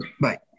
Bye